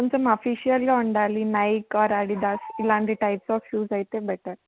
కొంచెం ఆఫిషియల్గా ఉండాలి నైకా అడిదాస్ ఇలాంటి టైప్స్ ఆఫ్ షూస్ అయితే బెటర్